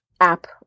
app